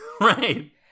Right